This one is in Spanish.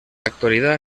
actualidad